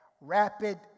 rapid